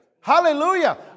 Hallelujah